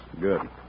Good